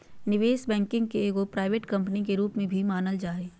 निवेश बैंकिंग के एगो प्राइवेट कम्पनी के रूप में भी मानल जा हय